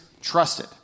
trusted